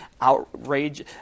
outrage